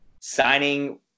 signing